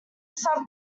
sub